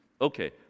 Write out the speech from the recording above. Okay